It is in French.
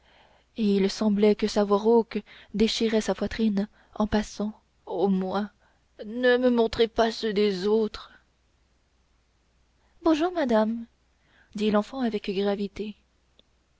et il semblait que sa voix rauque déchirait sa poitrine en passant au moins ne me montrez pas ceux des autres bonjour madame dit l'enfant avec gravité